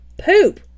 poop